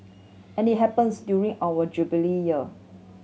and it happens during our Jubilee Year